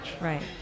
Right